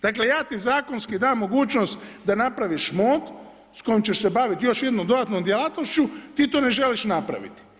Dakle, ja ti zakonski dam mogućnost da napraviš MOD, s kojim ćeš se bavit još jednom dodatnom djelatnošću, ti to ne želiš napravit.